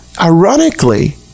ironically